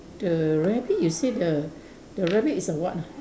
the rabbit you say the the rabbit is a what ah